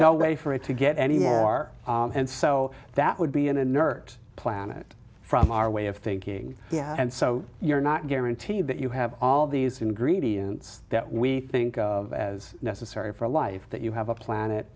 no way for it to get anymore and so that would be an inert planet from our way of thinking and so you're not guaranteed that you have all these ingredients that we think of as necessary for life that you have a planet